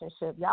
y'all